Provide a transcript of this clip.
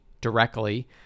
directly